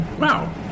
Wow